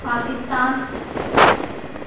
Pakistan